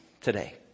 today